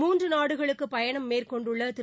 மூன்று நாடுகளுக்கு பயணம் மேற்கொண்டுள்ள திரு